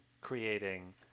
creating